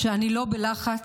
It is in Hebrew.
שאני לא בלחץ,